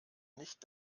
nicht